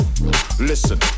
listen